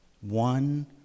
One